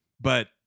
But-